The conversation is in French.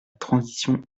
transition